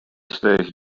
station